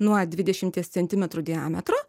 nuo dvidešimties centimetrų diametro